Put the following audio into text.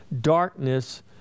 darkness